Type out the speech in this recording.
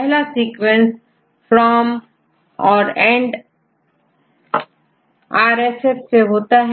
पहला sequence from और एंडRSF से होता है